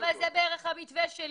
זה בערך המתווה שלי.